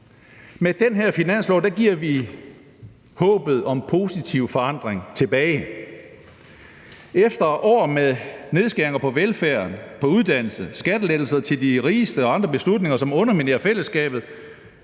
Med den her finanslov giver vi håbet om positiv forandring tilbage. Efter år med nedskæringer på velfærden og på uddannelse og med skattelettelser til de rigeste og andre beslutninger, som underminerer fællesskabet,